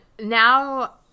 now